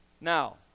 Now